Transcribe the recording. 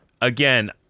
Again